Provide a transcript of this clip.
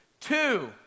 Two